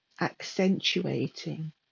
accentuating